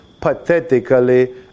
pathetically